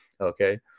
Okay